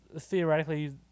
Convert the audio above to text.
theoretically –